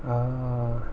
ah